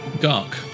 Dark